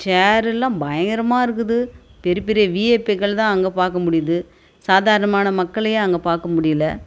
சேர்யெல்லாம் பயங்கரமாக இருக்குது பெரிய பெரிய விஐபிகள் தான் அங்க பார்க்க முடியுது சாதாரணமான மக்களையே அங்கே பார்க்க முடியல